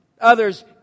Others